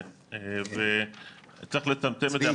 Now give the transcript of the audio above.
כן, וצריך לצמצם את זה.